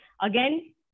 Again